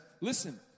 listen